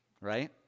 Right